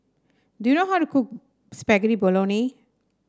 do you know how to cook Spaghetti Bolognese